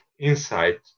insight